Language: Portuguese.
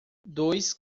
dois